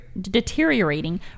deteriorating